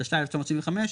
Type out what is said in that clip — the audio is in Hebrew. התשל"ה-1975,